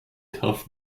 tough